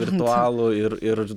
virtualų ir ir